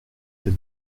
ses